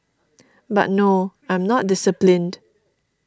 but no I'm not disciplined